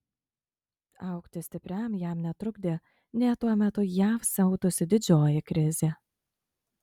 augti stipriam jam netrukdė nė tuo metu jav siautusi didžioji krizė